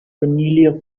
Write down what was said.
familiar